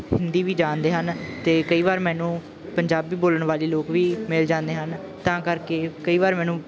ਹਿੰਦੀ ਵੀ ਜਾਣਦੇ ਹਨ ਅਤੇ ਕਈ ਵਾਰ ਮੈਨੂੰ ਪੰਜਾਬੀ ਬੋਲਣ ਵਾਲੇ ਲੋਕ ਵੀ ਮਿਲ ਜਾਂਦੇ ਹਨ ਤਾਂ ਕਰਕੇ ਕਈ ਵਾਰ ਮੈਨੂੰ